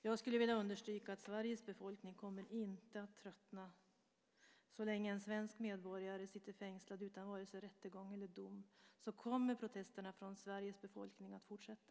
Jag skulle vilja understryka att Sveriges befolkning inte kommer att tröttna. Så länge en svensk medborgare sitter fängslad utan vare sig rättegång eller dom kommer protesterna från Sveriges befolkning att fortsätta.